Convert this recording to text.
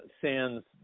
Sands